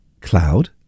Cloud